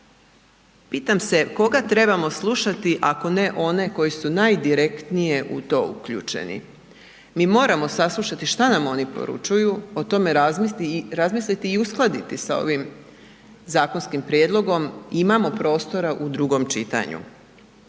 Pitam se koga trebamo slušati ako ne one koji su najdirektnije u to uključeni. Mi moramo saslušati što nam oni poručuju, o tome razmisliti i uskladiti sa ovim zakonskim prijedlogom, imamo prostora u drugom čitanju.